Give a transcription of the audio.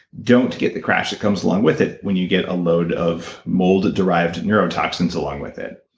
don't get the crash that comes along with it when you get a load of mold-derived neurotoxin along with it.